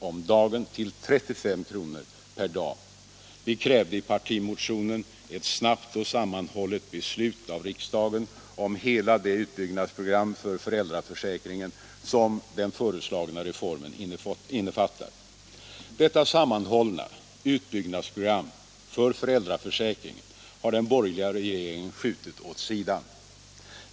om dagen till 35 kr. per dag. Vi krävde i partimotionen ett snabbt och sammanhållet beslut av riksdagen om hela det utbyggnadsprogram för föräldraförsäkringen som den föreslagna reformen innefattar. den borgerliga regeringen skjutit åt sidan.